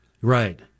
right